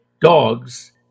dogs